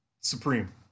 supreme